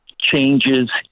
Changes